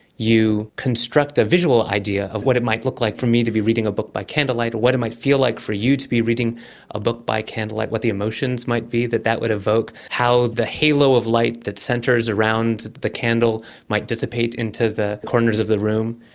you construct a visual idea of what it might look like for me to be reading a book by candlelight or what it might feel like for you to be reading a book by candlelight, what the emotions might be that that would evoke, how the halo of light that centres around the candle might dissipate into the corners of the room.